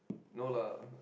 no lah